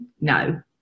no